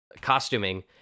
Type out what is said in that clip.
costuming